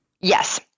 Yes